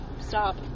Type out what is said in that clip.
Stop